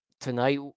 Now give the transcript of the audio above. tonight